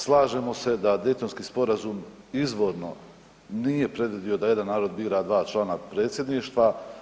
Slažemo se da Daytonski sporazum izvorno nije predvidio da jedan narod bira dva člana Predsjedništva.